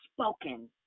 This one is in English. spoken